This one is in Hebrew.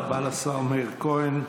תודה רבה לשר מאיר כהן.